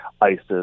ISIS